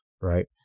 Right